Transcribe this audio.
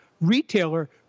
retailer